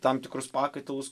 tam tikrus pakaitalus